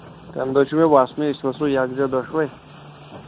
تَمہِ دۄہ چھُ مےٚ وَسنُے أسۍ وَسو یَکجا دۄشوَے